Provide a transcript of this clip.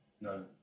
No